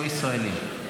לא ישראלים,